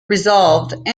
resolved